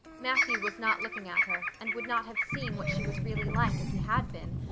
matthew was not looking at her and would not have seen what she was really like if he had been,